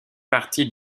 partie